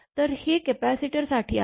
तर हे कपॅसिटरसाठी आहे